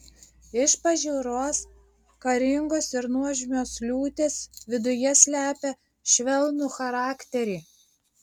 iš pažiūros karingos ir nuožmios liūtės viduje slepia švelnų charakterį